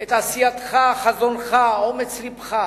את עשייתך, חזונך, אומץ לבך,